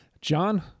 John